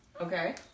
Okay